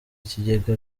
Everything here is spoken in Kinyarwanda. ikigega